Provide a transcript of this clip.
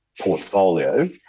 portfolio